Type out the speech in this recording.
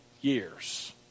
years